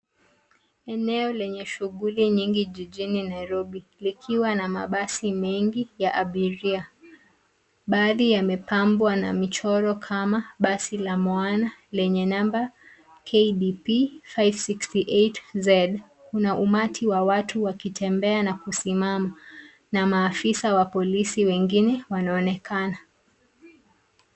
Eneo lenye shughuli nyingi jijini Nairobi, likiwa na mabasi mengi ya abiria. Baadhi yamepambwa na michoro kama basi la mwana lenye namba KDP 568Z. Kuna umati wa watu wakitembea na kusimama na maafisa wa polisi wengine wanaonekana.